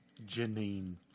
Janine